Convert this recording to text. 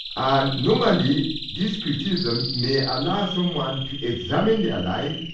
and normally this criticism may allow someone to examine their life,